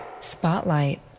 Spotlight